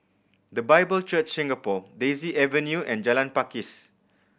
The Bible Church Singapore Daisy Avenue and Jalan Pakis